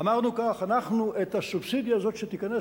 אמרנו כך: הסובסידיה הזאת שתיכנס,